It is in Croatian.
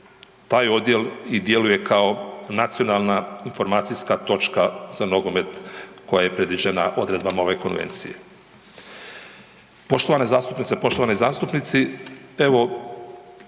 taj odjel i djeluje kao nacionalna informacijska točka za nogomet koja je predviđena odredbama ove konvencije. Poštovane zastupnice i poštovani zastupnici, evo